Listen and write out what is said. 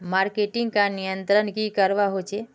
Marketing का नियंत्रण की करवा होचे?